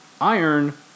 Iron